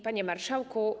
Panie Marszałku!